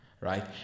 right